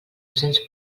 cents